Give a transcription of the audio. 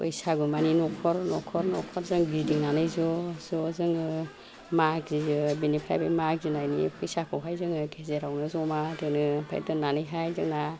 बैसागु मानि नखर नखर नखर जों गिदिंनानै ज' ज' जोङो मागियो बिनिफ्राय बे मागिनायनि फैसाखौहाय जोङो गेजेरावनो ज'मा दोनो ओमफाय दोन्नानैहाय जोंना